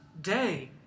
day